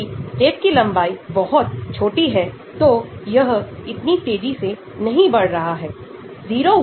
तो 23 के आसपास आपको कई संरचनात्मक वर्गों के लिए एक बहुत ही उच्च गतिविधि मिल सकती है दिलचस्प भी